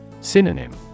Synonym